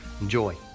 enjoy